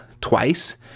twice